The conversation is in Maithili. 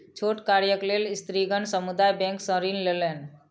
छोट कार्यक लेल स्त्रीगण समुदाय बैंक सॅ ऋण लेलैन